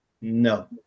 No